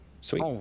Sweet